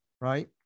Right